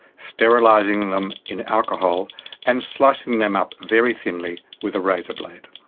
sterilizing them in alcohol and slicing them up very thinly with a razor blade.